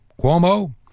Cuomo